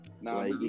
Now